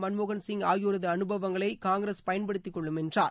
மன்மோகன் சிங் ஆகியோரது அனுபவங்களை காங்கிரஸ் பயன்படுத்திக் கொள்ளும் என்றார்